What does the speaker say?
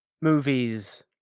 movies